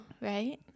right